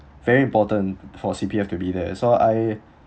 very important for C_P_F to be there so I